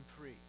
free